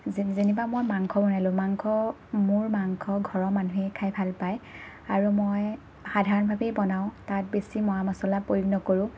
যে যেনিবা মই মাংস বনালো মোৰ মাংস ঘৰৰ মানুহে খায় ভাল পাই আৰু মই সাধাৰণভাৱে বনাওঁ তাত বেছি মা মচলা প্ৰয়োগ নকৰোঁ